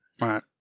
right